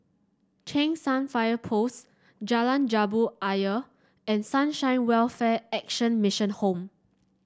Cheng San Fire Post Jalan Jambu Ayer and Sunshine Welfare Action Mission Home